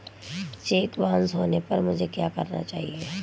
Check bounce होने पर मुझे क्या करना चाहिए?